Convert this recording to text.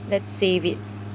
that save it